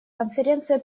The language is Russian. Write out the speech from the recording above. конференция